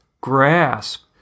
grasp